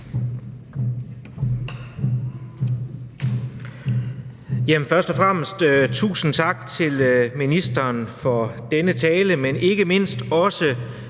Først og fremmest tusind tak til ministeren for denne tale, og ikke mindst også